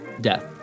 death